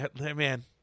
Man